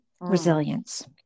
resilience